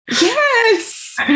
Yes